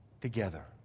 together